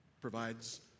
provides